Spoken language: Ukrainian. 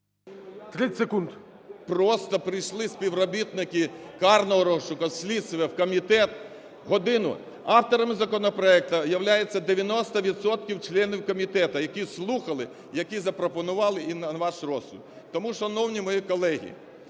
КОРОЛЬ В.М. Просто прийшли співробітники карного розшуку, слідства в комітет, годину… Авторами законопроекту являються 90 відсотків членів комітету, які слухали, які запропонували на ваш розсуд. Тому, шановні мої колеги,